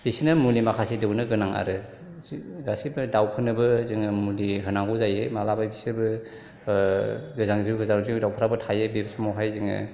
बिसिनो मुलि माखासे दौनो गोनां आरो गासिबो दावफोरनोबो जोङो मुलि होनांगौ जायो मालाबा बिसोरबो गोजांज्रिउ गोजांज्रिउ दावफ्राबो थायो बे समावहाय जोङो